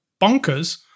bonkers